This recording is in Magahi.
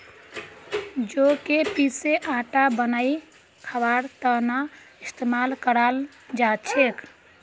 जौ क पीसे आटा बनई खबार त न इस्तमाल कराल जा छेक